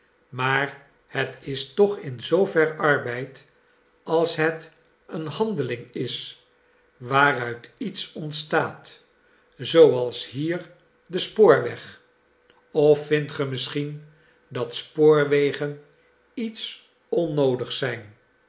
maar het is toch in zoover arbeid als het een handeling is waaruit iets ontstaat zooals hier de spoorweg of vindt ge misschien dat spoorwegen iets onnoodigs zijn